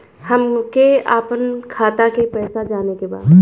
हमके आपन खाता के पैसा जाने के बा